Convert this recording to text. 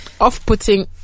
off-putting